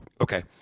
Okay